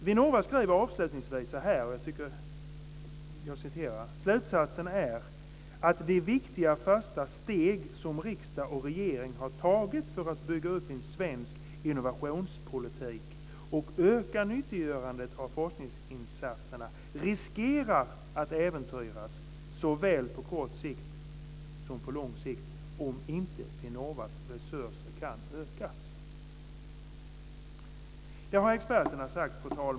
Vinnova skriver avslutningsvis: Slutsatsen är att det viktiga första steg som riksdag och regering har tagit för att bygga upp en svensk innovationspolitik och öka nyttiggörandet av forskningsinsatserna riskerar att äventyras såväl på kort sikt som på lång sikt om inte Vinnovas resurser kan ökas. Det har experterna har sagt.